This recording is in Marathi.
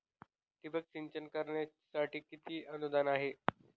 ठिबक सिंचन करण्यासाठी किती अनुदान आहे?